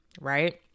right